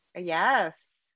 yes